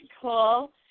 cool